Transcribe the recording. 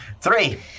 Three